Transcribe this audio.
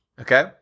Okay